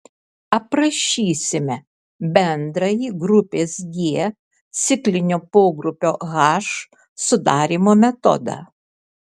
aprašysime bendrąjį grupės g ciklinio pogrupio h sudarymo metodą